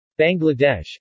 Bangladesh